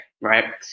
Right